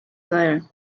seil